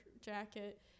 jacket